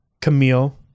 Camille